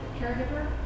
caregiver